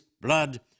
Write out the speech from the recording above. blood